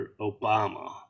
Obama